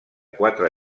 quatre